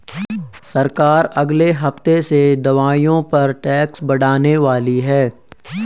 सरकार अगले हफ्ते से दवाइयों पर टैक्स बढ़ाने वाली है